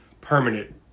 permanent